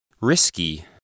Risky